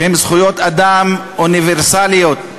שהן זכויות אדם אוניברסליות,